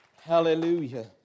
Hallelujah